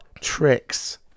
tricks